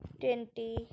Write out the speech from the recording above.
twenty